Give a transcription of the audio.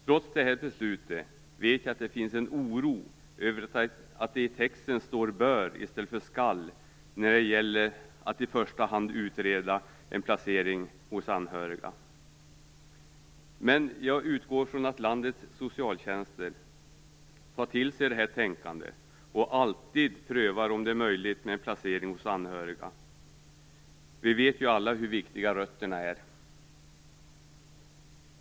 Trots detta beslut vet jag att det finns en oro över att det i texten står "bör" i stället för "skall" när det gäller att i första hand utreda en placering hos anhöriga. Men jag utgår från att landets socialtjänster tar till sig detta tänkande och alltid prövar om det är möjligt med en placering hos anhöriga. Vi vet ju alla hur viktiga rötterna är.